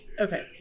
okay